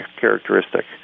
characteristic